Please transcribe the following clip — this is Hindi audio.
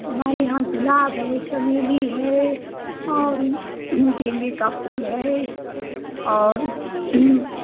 हमारे यहाँ गुलाब है चमेली है और गेंदे का फूल है और